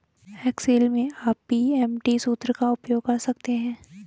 Excel में आप PMT सूत्र का उपयोग कर सकते हैं